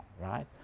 right